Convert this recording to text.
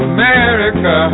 America